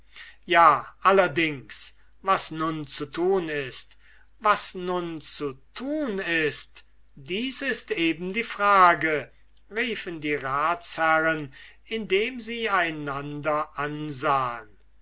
ja allerdings was nun zu tun ist was nun zu tun ist dies ist eben die frage riefen die ratsherren indem sie einander ansahen